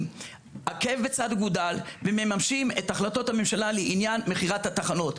עקב בצד אגודל ומממשים את החלטות הממשלה לעניין מכירת התחנות.